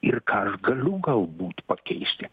ir ką aš galiu galbūt pakeisti